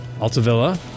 Altavilla